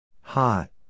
Hot